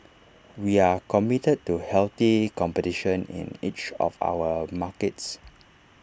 we are committed to healthy competition in each of our markets